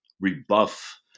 rebuff